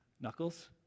Knuckles